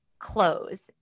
clothes